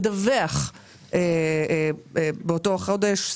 מדווח שבאותו חודש,